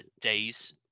days